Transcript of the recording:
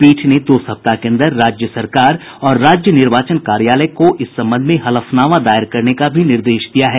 पीठ ने दो सप्ताह के अंदर राज्य सरकार और राज्य निर्वाचन कार्यालय को इस संबंध में हलफनामा दायर करने का भी निर्देश दिया है